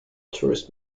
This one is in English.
tourist